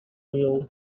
wheel